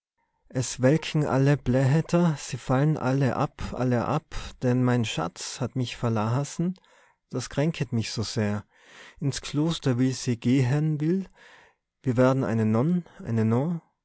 es welken alle blä ätter sie fallen alle ab alle ab denn mein schatz hat mich verla assen das kränket mich so sehr ins kloster will sie ge ehen will werden eine nonn eine